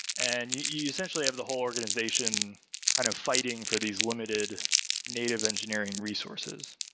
and you you essentially have the whole organization kind of fighting for these limited native engineering resources.